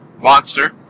monster